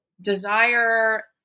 desire